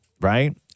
Right